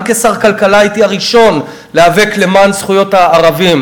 גם כשר כלכלה הייתי הראשון להיאבק למען זכויות הערבים.